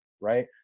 Right